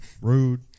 Rude